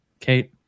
Kate